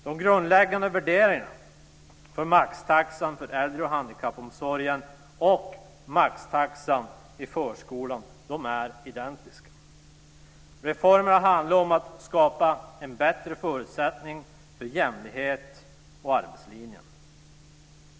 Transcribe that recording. De grundläggande värderingarna för maxtaxan inom äldre och handikappomsorgen och maxtaxan i förskolan är identiska. Reformerna handlar om att skapa en bättre förutsättning för jämlikhet och arbetslinjen.